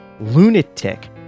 lunatic